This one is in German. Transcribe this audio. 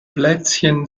plätzchen